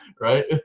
right